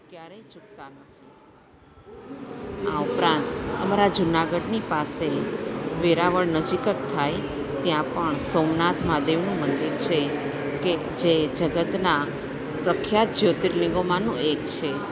ક્યારેય ચૂકતાં નથી આ ઉપરાંત અમારા જુનાગઢની પાસે વેરાવળ નજીક જ થાય ત્યાં પણ સોમનાથ મહાદેવનું મંદિર છે કે જે જગતનાં પ્રખ્યાત જ્યોતિર્લિંગમાનું એક છે